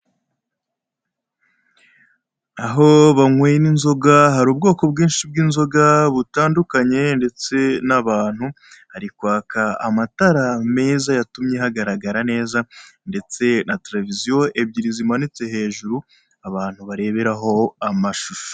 Aho banywera inzoga, hari ubwoko bwinshi bw'inzoga butandukanye, ndetse n'abantu hari kwaka amatara meza yatumye hagaragara neza, ndetse na televiziyo ebyiri zimanitse hejuru abantu bareberaho amashusho.